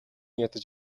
ядаж